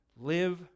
live